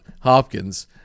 Hopkins